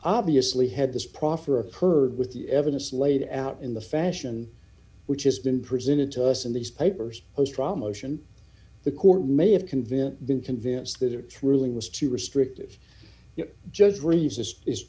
obviously had this proffer occurred with the evidence laid out in the fashion which has been presented to us in these papers draw motion the court may have convinced been convinced that it truly was too restrictive judge resist is